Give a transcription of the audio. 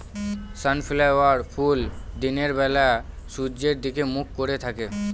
sunflower ফুল দিনের বেলা সূর্যের দিকে মুখ করে থাকে